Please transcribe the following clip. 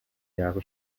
jahre